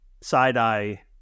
side-eye